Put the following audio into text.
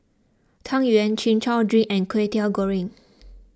Tang Yuen Chin Chow Drink and Kway Teow Goreng